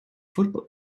football